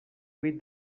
with